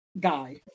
guy